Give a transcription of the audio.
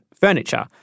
furniture